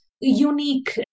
unique